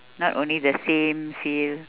not only the same field